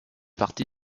partie